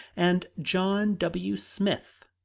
and john w. smith,